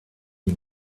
you